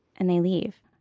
and they leave